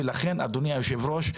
ולכן אדוני יושב הראש,